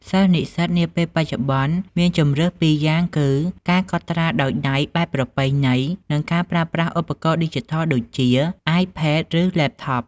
សិស្សនិស្សិតនាពេលបច្ចុប្បន្នមានជម្រើសពីរយ៉ាងគឺ ការកត់ត្រាដោយដៃបែបប្រពៃណី និងការប្រើប្រាស់ឧបករណ៍ឌីជីថលដូចជា អាយផេត ឬ ឡេបថប ។